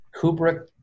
Kubrick